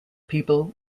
people